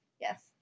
Yes